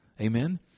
Amen